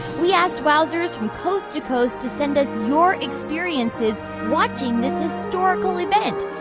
we asked wowsers from coast to coast to send us your experiences watching this historical event,